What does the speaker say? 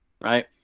right